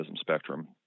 spectrum